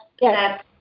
Yes